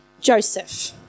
Joseph